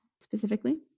Specifically